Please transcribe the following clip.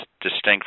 distinct